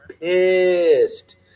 pissed